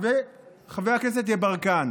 וחבר הכנסת יברקן: